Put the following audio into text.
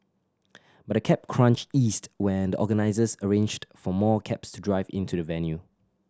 but the cab crunch eased when the organisers arranged for more cabs drive into the venue